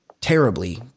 terribly